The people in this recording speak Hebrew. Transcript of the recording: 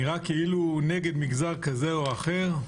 נראה כאילו הוא נגד מגזר כזה או אחר,